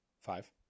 five